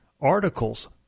articles